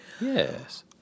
Yes